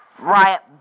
riot